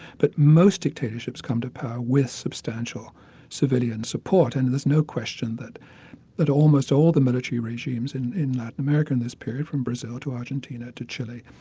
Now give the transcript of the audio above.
but most dictatorships come to power with substantial civilian support, and there's no question that that almost all the military regimes in in latin america in this period from brazil to argentina to chile,